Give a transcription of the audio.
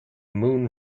moon